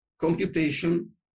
computation